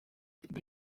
the